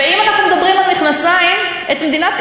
ואם אנחנו מדברים על מכנסיים קצרים,